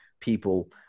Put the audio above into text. people